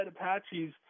Apaches